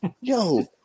yo